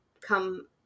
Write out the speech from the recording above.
come